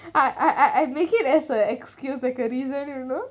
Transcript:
I I I make it as a excuse as a reason remember